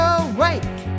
awake